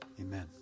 Amen